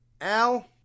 Al